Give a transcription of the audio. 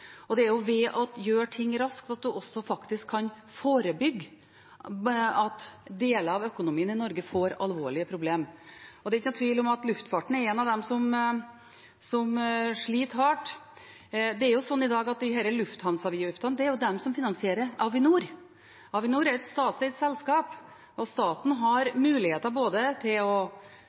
og det er ved å gjøre ting raskt at en også faktisk kan forebygge at deler av økonomien i Norge får alvorlige problemer. Det er ikke noen tvil om at luftfarten er av dem som sliter hardt. Det er slik i dag at lufthavnavgiftene er det som finansierer Avinor. Avinor er et statseid selskap, og staten har muligheter både til å